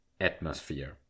atmosphere